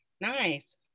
nice